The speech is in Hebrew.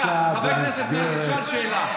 שר האוצר שהולך למסעדות, יותר יקר.